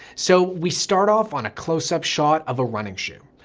so we start off on a closeup shot of a running shoe.